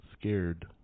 Scared